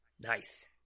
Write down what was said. Nice